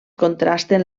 contrasten